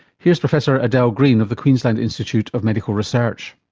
here's professor adele green of the queensland institute of medical research.